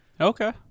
Okay